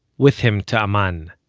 with him to amman.